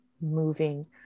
moving